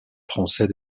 français